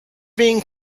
being